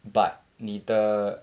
but 你的